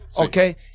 okay